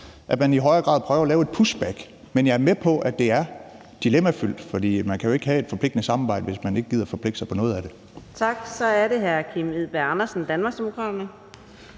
at man i højere grad prøver at lave et push back. Men jeg er med på, at det er dilemmafyldt, for man kan jo ikke have et forpligtende samarbejde, hvis man ikke gider at forpligte sig på noget af det. Kl. 15:02 Fjerde næstformand (Karina